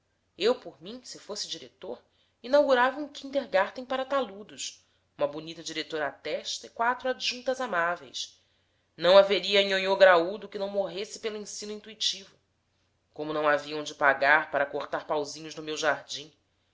eu por mim se fosse diretor inaugurava um kindergarten para taludos uma bonita diretora à testa e quatro adjuntas amáveis não haveria nhonhô graúdo que não morresse pelo ensino intuitivo como não haviam de pagar para cortar pauzinhos no meu jardim